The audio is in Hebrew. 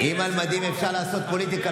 אם על מדים אפשר לעשות פוליטיקה,